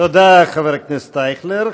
תודה, חבר הכנסת אייכלר.